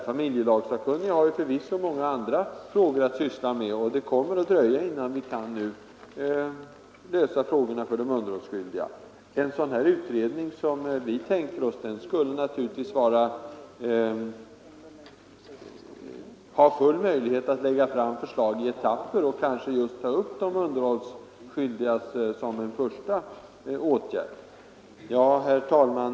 Familjelagssakkunniga har förvisso många andra frågor att syssla med, och det kommer att dröja innan vi kan lösa frågorna för de underhållsskyldiga. En sådan utredning som den vi tänker oss skulle naturligtvis ha full möjlighet att lägga fram förslag i etapper och kanske just ta upp de underhållsskyldigas situation som en första åtgärd. Herr talman!